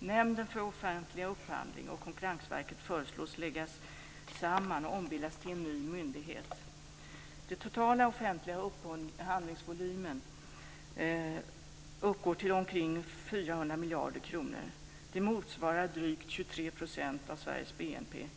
Nämnden för offentlig upphandling och Den totala offentliga upphandlingsvolymen uppgår till ca 400 miljarder kronor, vilket motsvarar drygt 23 % av Sveriges BNP.